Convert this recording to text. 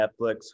Netflix